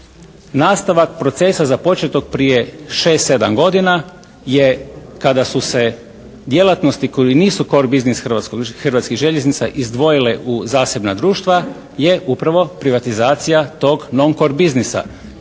Nastavak procesa započetog prije 6, 7 godina je kada su se djelatnosti koje nisu cord biznis Hrvatskih željeznica izdvojile u zasebna društva je upravo privatizacija tog non cord biznisa.